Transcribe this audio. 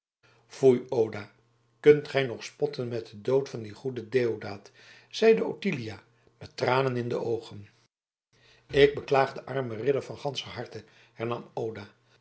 foei oda kunt gij nog spotten met den dood van dien goeden deodaat zeide ottilia met tranen in de oogen ik beklaag den armen ridder van ganscher harte